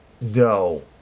No